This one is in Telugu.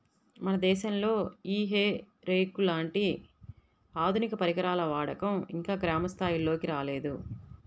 మన దేశంలో ఈ హే రేక్ లాంటి ఆధునిక పరికరాల వాడకం ఇంకా గ్రామ స్థాయిల్లోకి రాలేదు